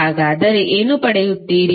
ಹಾಗಾದರೆ ಏನು ಪಡೆಯುತ್ತೀರಿ